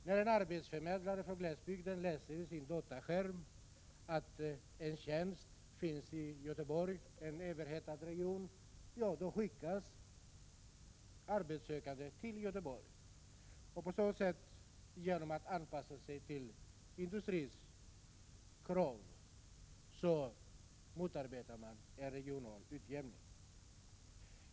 När en arbetsförmedlare från glesbygden läser på sin dataskärm att det finns en tjänst i Göteborg, en överhettad region, ja, då skickas arbetssökande till Göteborg. På så sätt, dvs. genom att anpassa sig till industrins krav, motarbetar man en regional utjämning.